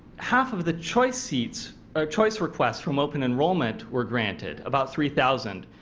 half of the choice seats or choice requests from open enrollments were granted. about three thousand.